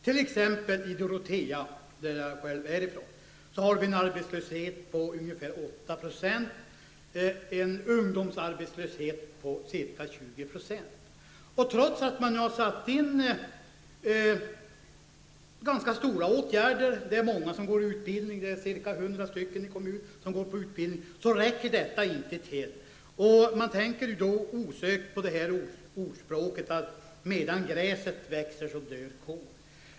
T.ex. i Dorotea, som jag själv är ifrån, har vi en arbetslöshet på ungefär 8 % och en ungdomsarbetslöshet på ca 20 %. Trots att det har vidtagits ganska omfattande åtgärder -- det är många som går på utbildning; det är ca 100 personer i kommunen -- räcker detta inte till. Man kommer då osökt att tänka på ordspråket: Medan gräset gror dör kon.